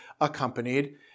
accompanied